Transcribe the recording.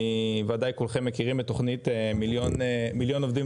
ודאי כולכם מכירים את תכנית מיליון עובדים